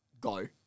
Go